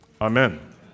Amen